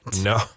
No